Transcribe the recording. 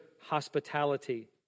hospitality